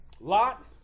Lot